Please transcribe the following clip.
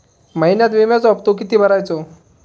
महिन्यात विम्याचो हप्तो किती भरायचो?